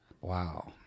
Wow